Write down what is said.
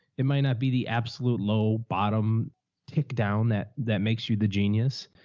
it might not be the absolute low bottom tick down that that makes you the genius,